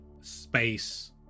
space